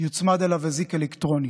יוצמד אזיק אלקטרוני,